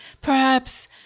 Perhaps